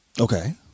Okay